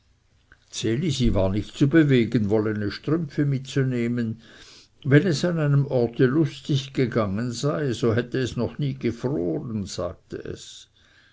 elisi war nicht zu bewegen wollene strümpfe mitzunehmen wenn es an einem orte lustig gegangen sei so hätte es noch nie gefroren sagte es